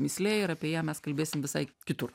mįslė ir apie ją mes kalbėsim visai kitur